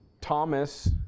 Thomas